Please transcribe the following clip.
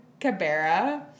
Cabera